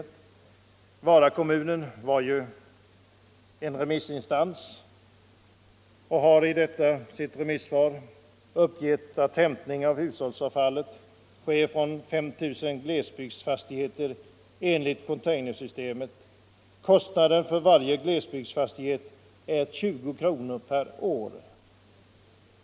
Vara kommun har varit remissinstans och har i sitt remissvar uppgivit att hämtning av hushållsavfallet sker från 5 000 glesbygdsfastigheter enligt containersystemet. Kostnaden för varje glesbygdsfastighet är 20 kronor per år.